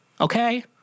Okay